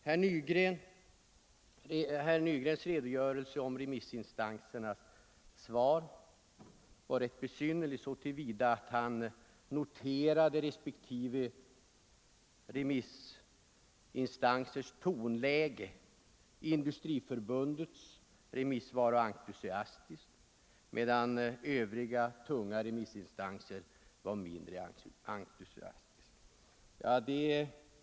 Herr Nygrens redogörelse för remissinstansernas svar var rätt besynnerligt så till vida att han noterade respektive remissinstansers tonläge: Industriförbundets remissvar var entusiastiskt, medan övriga tunga remissinstanser var mindre entusiastiska.